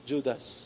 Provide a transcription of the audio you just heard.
Judas